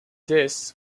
this